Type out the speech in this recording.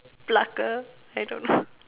plucker I don't know